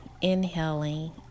inhaling